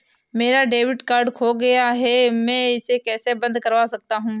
मेरा debit card खो गया है मैं इसे कैसे बंद करवा सकता हूँ?